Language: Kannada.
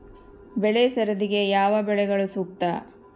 ಬೆಳೆ ಸರದಿಗೆ ಯಾವ ಬೆಳೆಗಳು ಸೂಕ್ತ?